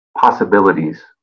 possibilities